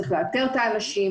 צריך לאתר את האנשים,